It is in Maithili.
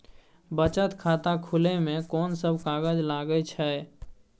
बचत खाता खुले मे कोन सब कागज लागे छै?